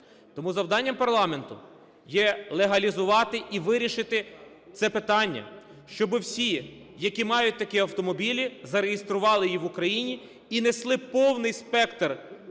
Тому завданням парламенту є легалізувати і вирішити це питання, щоби всі, які мають такі автомобілі, зареєстрували їх в Україні і несли повний спектр